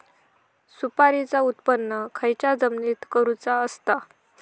सुपारीचा उत्त्पन खयच्या जमिनीत करूचा असता?